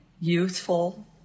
youthful